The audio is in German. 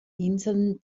inseln